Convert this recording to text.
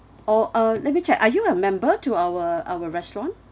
or uh let me check are you a member to our our restaurant